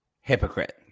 hypocrite